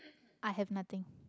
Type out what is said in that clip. i have nothing